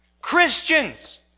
Christians